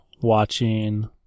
watching